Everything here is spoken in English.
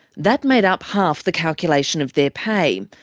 that made up half the calculation of their pay,